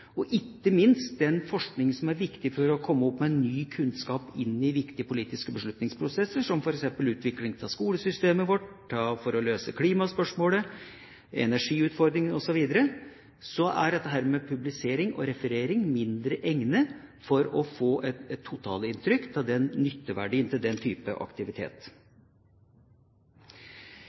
samfunnet, ikke minst den forskninga som er viktig for å komme opp med ny kunnskap inn i viktige politiske beslutningsprosesser, som f.eks. utvikling av skolesystemet vårt, det å løse klimaspørsmålet, energiutfordringene osv. – publisering og referering er mindre egnet til å gi et totalinntrykk av nytteverdien av den typen aktivitet. Til